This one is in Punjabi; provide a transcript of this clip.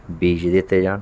ਬੀਜ ਦਿੱਤੇ ਜਾਣ